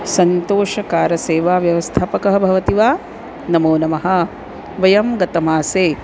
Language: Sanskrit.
सन्तोषकारसेवा व्यवस्थापकः भवति वा नमो नमः वयं गतमासे